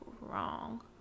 wrong